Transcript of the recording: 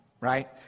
right